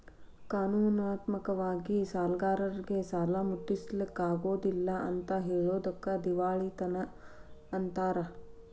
ಕಾನೂನಾತ್ಮಕ ವಾಗಿ ಸಾಲ್ಗಾರ್ರೇಗೆ ಸಾಲಾ ಮುಟ್ಟ್ಸ್ಲಿಕ್ಕಗೊದಿಲ್ಲಾ ಅಂತ್ ಹೆಳೊದಕ್ಕ ದಿವಾಳಿತನ ಅಂತಾರ